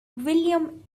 william